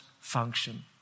function